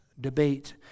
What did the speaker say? debate